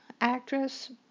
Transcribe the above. actress